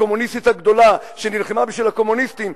הקומוניסטית הגדולה שנלחמה בשביל הקומוניסטים,